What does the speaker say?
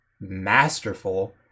masterful